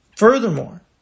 Furthermore